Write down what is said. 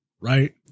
right